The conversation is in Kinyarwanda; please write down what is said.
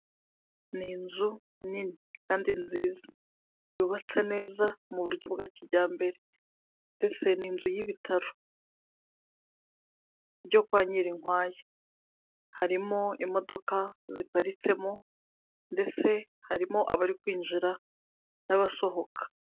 Ni inzu nini kandi nziza, yubatse neza mu buryo bwa kijyambere ndetse n'inzu y'ibitaro byo kwa Nyirinkwaya, harimo imodoka ziparitsemo ndetse harimo abari kwinjira n'abasohoka.